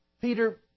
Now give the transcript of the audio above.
Peter